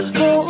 go